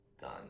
done